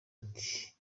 ati